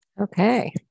Okay